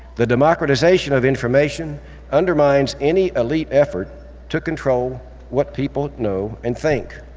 the democratization of information undermines any elite effort to control what people know and think.